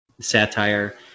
satire